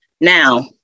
Now